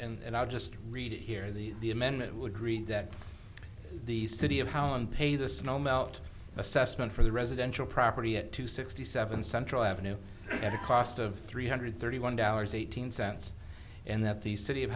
read and i'll just read it here the the amendment would read that the city of howland pay the snow melt assessment for the residential property at two sixty seven central avenue at a cost of three hundred thirty one dollars eighteen cents and that the city of